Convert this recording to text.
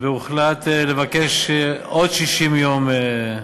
והוחלט לבקש עוד 60 יום.